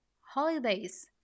holidays